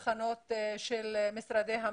כובעים,